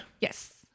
Yes